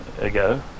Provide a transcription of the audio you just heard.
ago